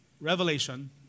Revelation